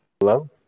Hello